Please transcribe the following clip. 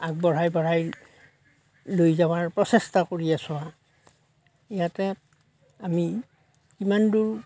আগবঢ়াই বঢ়াই লৈ যোৱাৰ প্ৰচেষ্টা কৰি আছোঁ ইয়াতে আমি কিমান দূৰ